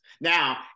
Now